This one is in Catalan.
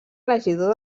regidor